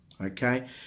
okay